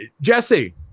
Jesse